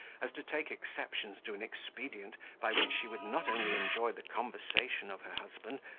as to take exceptions to an expedient by which she would not only enjoy the conversation of her husband,